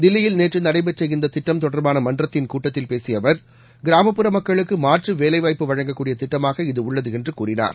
தில்லியில் நேற்று நடைபெற்ற இந்தத் திட்டம் தொடர்பான மன்றத்தின் கூட்டத்தில் பேசிய அவர் கிராமப்புற மக்களுக்கு மாற்று வேலைவாய்ப்பு வழங்கக்கூடிய திட்டமாக இது உள்ளது என்று கூறினார்